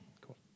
Cool